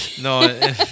no